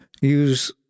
use